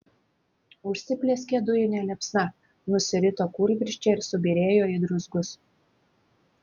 užsiplieskė dujine liepsna nusirito kūlvirsčia ir subyrėjo į druzgus